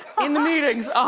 in the meetings.